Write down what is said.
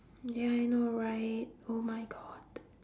ya I know right oh my god